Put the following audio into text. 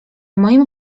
moim